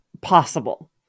possible